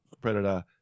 Predator